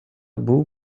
був